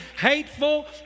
hateful